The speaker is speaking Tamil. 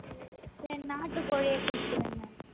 சரி சரி நாட்டு கோழியே கொடுத்துடுங்க